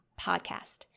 podcast